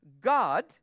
God